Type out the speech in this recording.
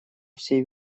всей